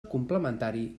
complementari